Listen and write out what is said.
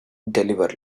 deliver